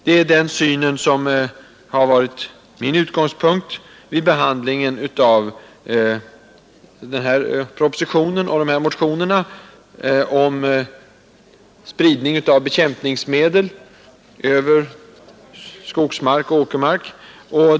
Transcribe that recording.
Det är den synen som har varit min utgångspunkt vid behandlingen av denna proposition och dessa motioner om spridning av bekämpningsmedel över skogsmark och åkermark.